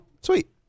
sweet